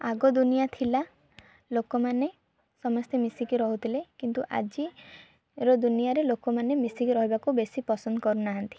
ଆଗ ଦୁନିଆ ଥିଲା ଲୋକମାନେ ସମସ୍ତେ ମିଶିକି ରହୁଥିଲେ କିନ୍ତୁ ଆଜି ର ଦୁନିଆରେ ଲୋକମାନେ ମିଶିକି ରହିବାକୁ ବେଶୀ ପସନ୍ଦ କରୁନାହାନ୍ତି